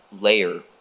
layer